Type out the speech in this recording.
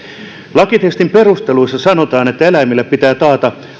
lakitekstin perusteluissa sanotaan että eläimille pitää taata